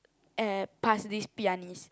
uh past this pianist